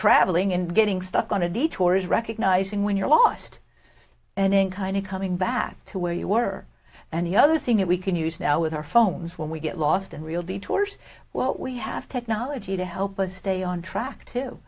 traveling and getting stuck on a detour is recognizing when you're lost and in kind of coming back to where you were and the other thing that we can use now with our phones when we get lost in real detours well we have technology to help us stay on track